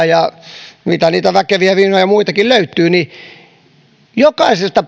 ja mitä niitä väkeviä viinoja muitakin löytyy niin jokaisesta